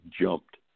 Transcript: jumped